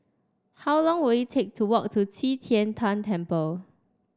how long will it take to walk to Qi Tian Tan Temple